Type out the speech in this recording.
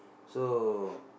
so